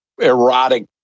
erotic